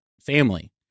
family